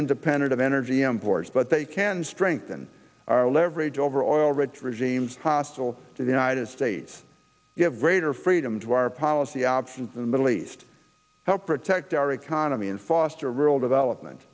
independent of energy employees but they can strengthen our leverage over oil rich regimes hostile to the united states give greater freedom to our policy options in the middle east help protect our economy and foster rural development